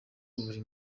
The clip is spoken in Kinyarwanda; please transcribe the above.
buri